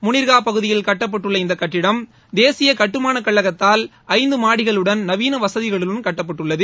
முளிர்கா பகுதியில் கட்டப்பட்டுள்ள இந்தக் கட்டடம் தேசிய கட்டுமாள கழகத்தால் ஐந்து மாடிகளுடன் நவீன வசதிகளுடன் கட்டப்பட்டுள்ளது